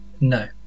No